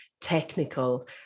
technical